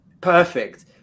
perfect